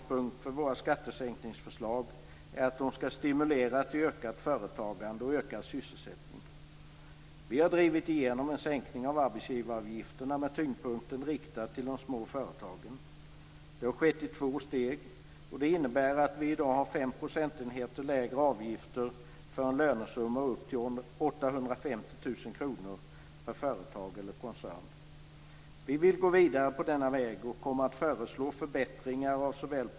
Det har skett i två steg och innebär att vi i dag har fem procentenheter lägre avgifter för en lönesumma upp till 850 000 kr per företag eller koncern.